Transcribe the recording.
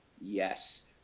Yes